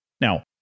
Now